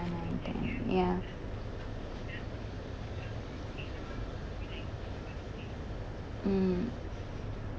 ya mm